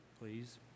please